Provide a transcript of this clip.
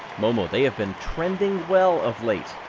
momo they have been trending well of late.